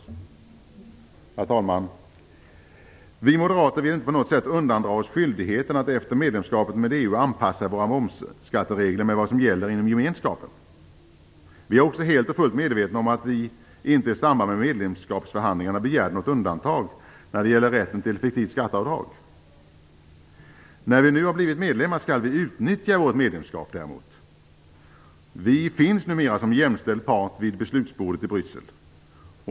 Herr talman! Vi moderater vill inte på något sätt undandra oss skyldigheten att efter medlemskapet i EU anpassa våra momsskatteregler efter vad som gäller inom gemenskapen. Vi är också fullt medvetna om att vi inte i samband med medlemskapsförhandlingarna begärde något undantag när det gäller rätten till fiktivt skatteavdrag. När vi nu har blivit medlemmar skall vi utnyttja vårt medlemskap. Vi finns numera som jämställd part vid beslutsbordet i Bryssel.